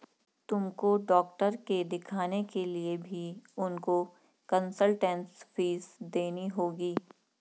तुमको डॉक्टर के दिखाने के लिए भी उनको कंसलटेन्स फीस देनी होगी